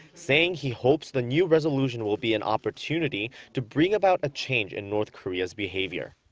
saying he hopes the new resolution will be an opportunity to bring about a change in north korea's behavior.